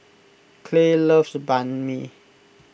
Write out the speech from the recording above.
Clay loves Banh Mi